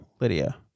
Lydia